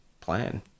plan